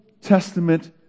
Testament